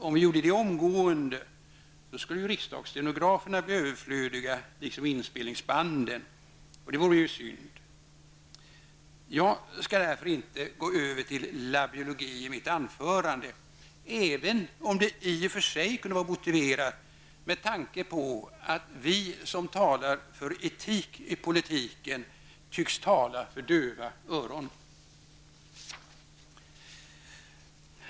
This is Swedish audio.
Om vi gjorde det genomgående, skulle riksdagsstenograferna bli överflödiga liksom inspelningsbanden, och det vore ju synd. Jag skall därför inte gå över till labiologi i mitt anförande, även om det i och för sig kunde vara motiverat med tanke på att vi som talar för etik i politiken tycks tala för döva öron.